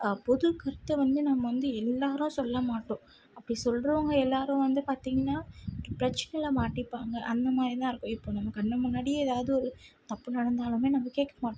அப்போது கிட்டே வந்து நம்ம வந்து எல்லாேரும் சொல்ல மாட்டோம் அப்படி சொல்கிறவங்க எல்லாேரும் வந்து பார்த்தீங்கன்னா பிரச்சினையில மாட்டிப்பாங்க அந்தமாதிரிதான் இருக்கும் இப்போ நம்ம கண் முன்னாடியே ஏதாவது ஒரு தப்பு நடந்தாலுமே நம்ம கேட்க மாட்டோம்